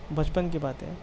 بچپن کی باتیں ہیں